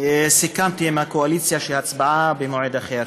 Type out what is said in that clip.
סיכמתי עם הקואליציה שתשובה והצבעה במועד אחר.